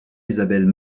isabelle